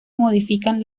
modifican